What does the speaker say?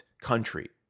country